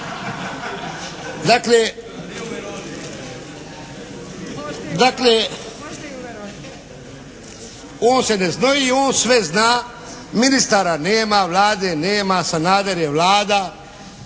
Dakle on se ne znoji, on sve zna, ministara nema, Vlade nema, Sanader je Vlada.